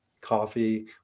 coffee